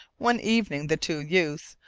one evening the two youths,